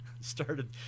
started